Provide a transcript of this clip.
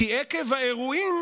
כי עקב האירועים